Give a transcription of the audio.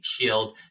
killed